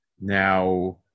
Now